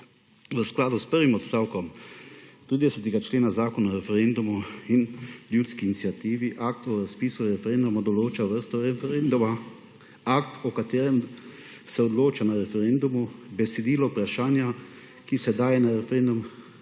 V skladu s prvim odstavkom 30. člena Zakona o referendumu in ljudski iniciativi akt o razpisu referenduma določa vrsto referenduma, akt, o katerem se odloča na referendumu, besedilo vprašanja, ki se daje na referendum,